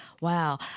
Wow